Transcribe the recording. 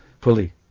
fully